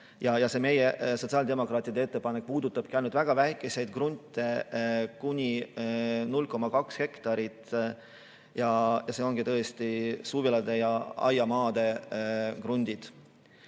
ja meie, sotsiaaldemokraatide ettepanek puudutabki ainult väga väikeseid krunte, kuni 0,2 hektarit. Need ongi tõesti suvilate ja aiamaade krundid.